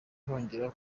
cyongera